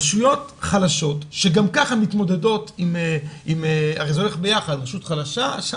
רשויות חלשות שגם ככה הן מתמודדות עם נוער יותר בעייתי,